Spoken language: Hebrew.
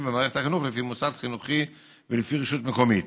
במערכת החינוך לפי מוסד חינוכי ולפי רשות מקומית.